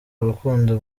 rukundo